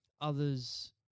others